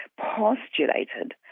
postulated